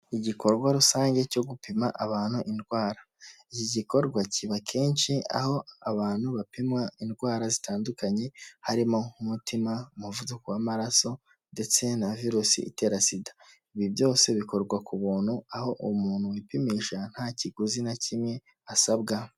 Igikorwa rusange cyo gupima abantu indwara, iki gikorwa kiba kenshi aho abantu bapimwa indwara zitandukanye harimo nk'umutima, umuvuduko w'amaraso ndetse na virusi itera Sida. Ibi byose bikorwa ku buntu aho umuntu wipimisha nta kiguzi na kimwe asabwa.